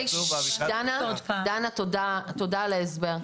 דנה תודה על ההסבר.